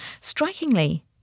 Strikingly